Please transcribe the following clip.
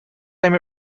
time